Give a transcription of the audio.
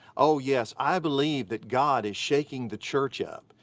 oh yes, i believe that god is shaking the church up.